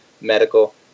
Medical